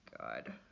God